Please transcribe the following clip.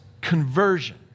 conversion